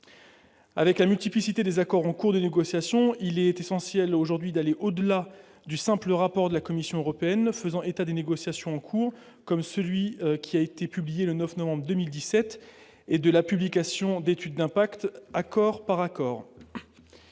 Avec la multiplicité des accords en cours de négociation, il est essentiel aujourd'hui d'aller au-delà du simple rapport de la Commission européenne, faisant état de négociations en cours, comme celui qui a été publié le 9 novembre 2017 et de la publication d'études d'impact accord par accord.